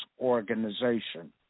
organization